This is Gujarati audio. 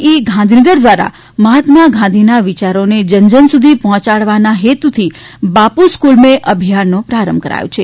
ઇ ગાંધીનગર દ્વારા મહાત્મા ગાંધીના વિચારોને જન જન સુધી પહોંચાડવાના હેતુથી બાપુ સ્ફ્રલ મેં અભિયાનનો પ્રારંભ કરાયો છે